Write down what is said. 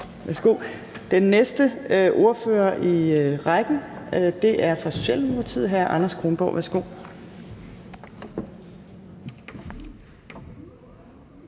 det op. Den næste ordfører i rækken er ordføreren for Socialdemokratiet, hr. Anders Kronborg.